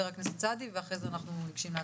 אחר כך חבר הכנסת סעדי ואחר כך ניגשים להצבעה.